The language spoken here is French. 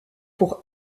pour